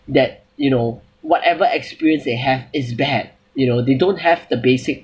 that you know whatever experience they have is bad you know they don't have the basic